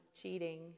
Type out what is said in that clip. cheating